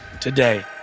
today